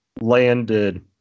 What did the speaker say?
landed